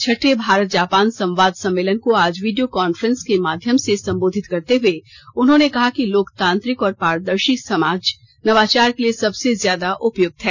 छठे भारत जापान संवाद सम्मेलन को आज वीडियो कांफ्रेंस के माध्यम से संबोधित करते हुए उन्होंने कहा कि लोकतांत्रिक और पारदर्शी समाज नवाचार के लिए सबसे ज्यादा उपयुक्त हैं